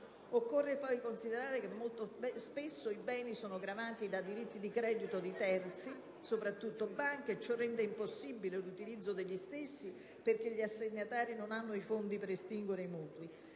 Occorre poi considerare che, molto spesso, i beni sono gravati da diritti di credito di terzi, soprattutto banche, e che ciò rende impossibile l'utilizzo degli stessi, perché gli assegnatari non hanno i fondi per estinguere i mutui.